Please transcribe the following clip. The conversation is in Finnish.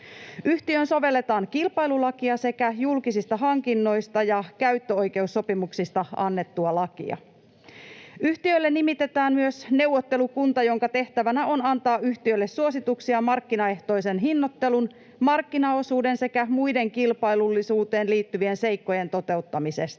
Yhtiöön sovelletaan kilpailulakia sekä julkisista hankinnoista ja käyttöoikeussopimuksista annettua lakia. Yhtiölle nimitetään myös neuvottelukunta, jonka tehtävänä on antaa yhtiölle suosituksia markkinaehtoisen hinnoittelun, markkinaosuuden sekä muiden kilpailullisuuteen liittyvien seikkojen toteuttamisesta.